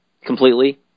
Completely